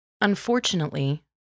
Unfortunately